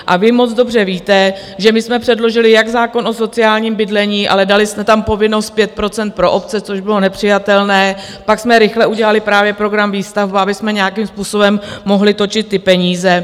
A vy moc dobře víte, že my jsme předložili jak zákon o sociálním bydlení, ale dali jsme tam povinnost 5 % pro obce, což bylo nepřijatelné, pak jsme rychle udělali právě program Výstavba, abychom nějakým způsobem mohli točit ty peníze.